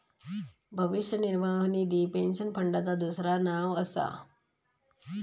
भविष्य निर्वाह निधी पेन्शन फंडाचा दुसरा नाव असा